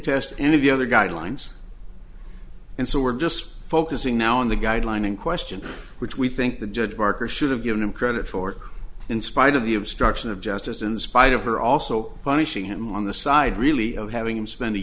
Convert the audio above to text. the other guidelines and so we're just focusing now on the guideline in question which we think the judge parker should have given him credit for in spite of the obstruction of justice in spite of her also punishing him on the side really of having him spend a